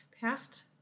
past